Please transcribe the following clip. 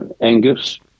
Angus